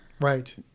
right